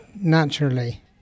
naturally